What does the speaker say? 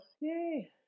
Yay